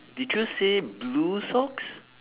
did you say blue socks